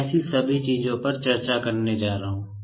मैं ऐसी सभी चीजों पर चर्चा करने जा रहा हूं